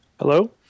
hello